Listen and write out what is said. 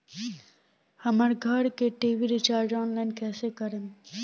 हमार घर के टी.वी रीचार्ज ऑनलाइन कैसे करेम?